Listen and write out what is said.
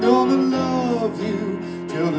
no no no no